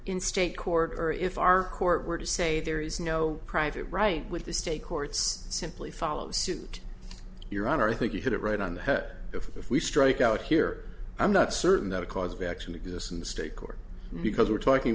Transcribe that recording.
in state court or if our court were to say there is no private right with the state courts simply follow suit your honor i think you hit it right on the head if we strike out here i'm not certain that a cause of action exists in the state court because we're talking